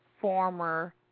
former